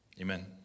Amen